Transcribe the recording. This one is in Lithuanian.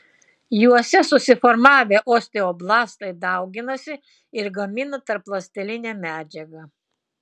juose susiformavę osteoblastai dauginasi ir gamina tarpląstelinę medžiagą